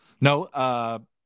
No